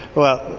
well,